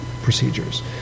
procedures